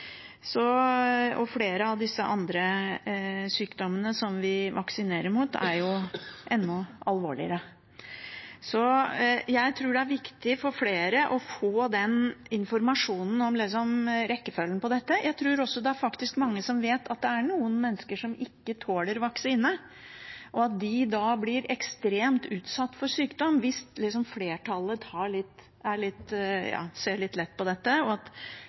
Så jeg tror det er viktig for flere å få informasjonen om rekkevidden av dette. Jeg tror også det faktisk er mange som vet at det er noen mennesker som ikke tåler vaksine, og at de da blir ekstremt utsatt for sykdom hvis flertallet ser litt lett på dette. Hvis vaksinasjonsgraden i samfunnet går ned, vil det ramme de få som ikke kan vaksineres av andre og